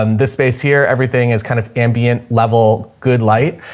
um this space here, everything is kind of ambient level, good light.